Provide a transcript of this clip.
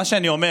מה שאני אומר